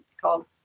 called